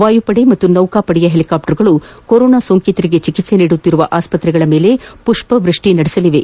ವಾಯುಪಡೆ ಮತ್ತು ನೌಕಾಪಡೆಯ ಹೆಲಿಕಾಪ್ಪರ್ಗಳು ಕೊರೊನಾ ಸೋಂಕಿತರಿಗೆ ಚಿಕಿತ್ಸೆ ನೀಡುತ್ತಿರುವ ಆಸ್ಪತ್ರೆಗಳ ಮೇಲೆ ಪುಷ್ಪವೃಷ್ಠಿ ನಡೆಸಲಿವೆ